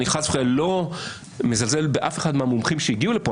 אני לא רואה כאן איזון בין שני הצדדים.